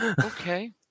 Okay